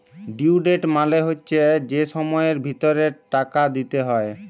due date মালে হচ্যে যে সময়ের ভিতরে টাকা দিতে হ্যয়